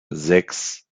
sechs